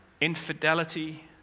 Infidelity